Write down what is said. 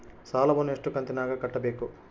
ಸಾಲವನ್ನ ಎಷ್ಟು ಕಂತಿನಾಗ ಕಟ್ಟಬೇಕು?